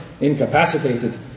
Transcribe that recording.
incapacitated